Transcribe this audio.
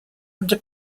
under